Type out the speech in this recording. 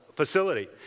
facility